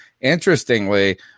Interestingly